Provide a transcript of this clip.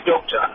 doctor